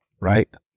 right